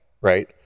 right